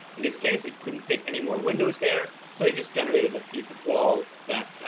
in this case, it couldn't fit any more windows there, so it just generated a piece of wall that,